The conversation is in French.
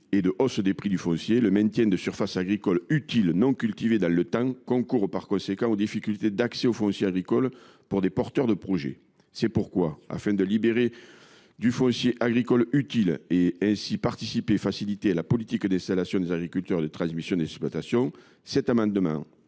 et de hausse des prix du foncier, le maintien de surfaces agricoles utiles non cultivées dans le temps concourt aux difficultés d’accès au foncier agricole pour les porteurs de projet. Afin de libérer du foncier agricole utile, et ainsi de faciliter la politique d’installation des agriculteurs et de transmission des exploitations, cet amendement